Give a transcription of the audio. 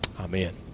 amen